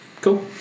Cool